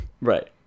right